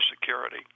Security